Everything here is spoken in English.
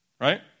Right